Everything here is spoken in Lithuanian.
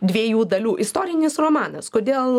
dviejų dalių istorinis romanas kodėl